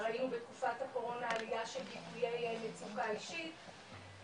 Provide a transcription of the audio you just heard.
ראינו בתקופת הקורונה עלייה של ביטויי מצוקה אישית,